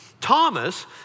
Thomas